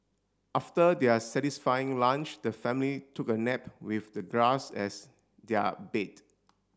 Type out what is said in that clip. after their satisfying lunch the family took a nap with the grass as their bed